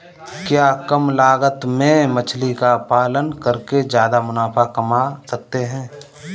क्या कम लागत में मछली का पालन करके ज्यादा मुनाफा कमा सकते हैं?